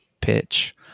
pitch